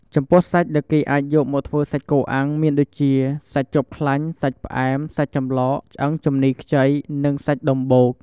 ចំពោះសាច់ដែលគេអាចយកមកធ្វើសាច់គោអាំងមានដូចជា សាច់ជាប់ខ្លាញ់ សាច់ផ្អែម សាច់ចំឡក ឆ្អឹងជំនីខ្ចី និងសាច់ដុំបូក។